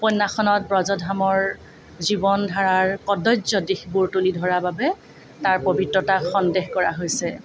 উপন্যাসখনত ব্ৰজধামৰ জীৱনধাৰাৰ কদৰ্য দিশবোৰ তুলি ধৰা বাবে তাৰ পৱিত্ৰতাক সন্দেহ কৰা হৈছে